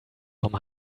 vom